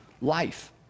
life